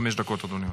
חמש דקות, אדוני.